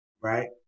right